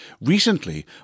Recently